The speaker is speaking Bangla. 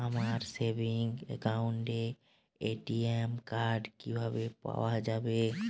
আমার সেভিংস অ্যাকাউন্টের এ.টি.এম কার্ড কিভাবে পাওয়া যাবে?